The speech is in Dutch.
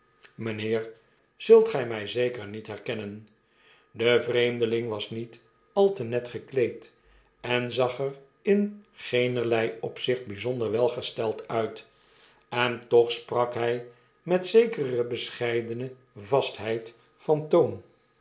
mynheer zult gy my zeker met herkennen de vreemdeling was niet al te net gekleed en zag er in geenerlei opzicht bijzonder welgesteld uit en toch sprak hy met zekere bescheidene vastheid van toon